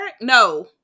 no